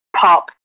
pop